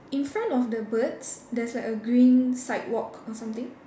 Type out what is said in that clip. in front of the birds there's like a green sidewalk or something